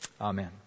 Amen